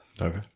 Okay